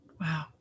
Wow